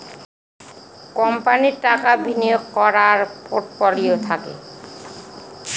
কোম্পানির টাকা বিনিয়োগ করার পোর্টফোলিও থাকে